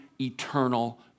eternal